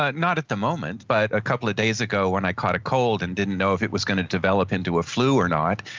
ah not at the moment, but a couple of days ago when i caught a cold and didn't know if it was going to develop into a flu or not,